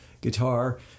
guitar